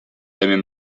jamais